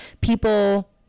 people